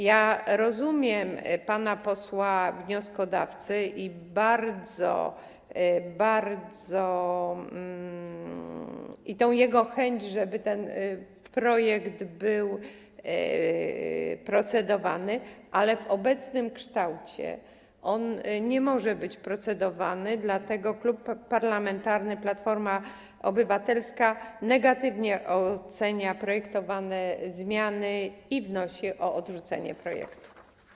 Ja rozumiem pana posła wnioskodawcę i tę jego chęć, żeby ten projekt był procedowany, ale w obecnym kształcie on nie może być procedowany, dlatego Klub Parlamentarny Platforma Obywatelska negatywnie ocenia projektowane zmiany i wnosi o odrzucenie projektu.